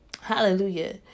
Hallelujah